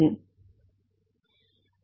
மாணவர் சோதனை மூலமே மிகச் சரி